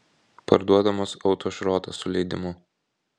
parduodamas autošrotas su leidimu